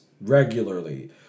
regularly